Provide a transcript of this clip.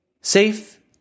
Safe